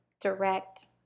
direct